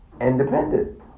independent